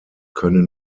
können